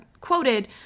quoted